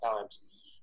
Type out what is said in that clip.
times